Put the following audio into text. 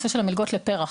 המלגות לפר"ח.